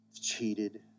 cheated